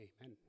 amen